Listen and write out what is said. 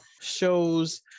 shows